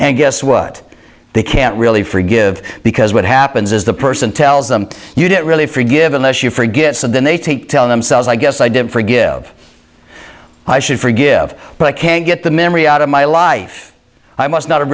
and guess what they can't really forgive because what happens is the person tells them you didn't really forgive unless you forget so then they take tell themselves i guess i didn't forgive i should forgive but i can't get the memory out of my life i must not have